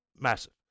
massive